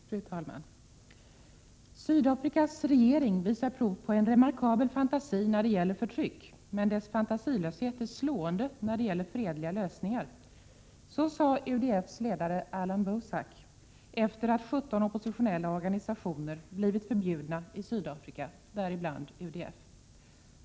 Fru talman! ”Sydafrikas regering visar prov på en remarkabel fantasi när det gäller förtryck, men dess fantasilöshet är slående när det gäller fredliga lösningar”, sade UDF:s ledare Alan Boesak efter det att 17 oppositionella organisationer blivit förbjudna i Sydafrika, däribland UDF.